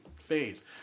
phase